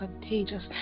contagious